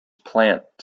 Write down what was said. plant